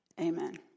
Amen